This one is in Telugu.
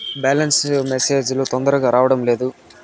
బ్యాలెన్స్ మెసేజ్ లు తొందరగా రావడం లేదు?